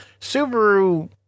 Subaru